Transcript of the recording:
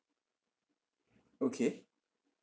okay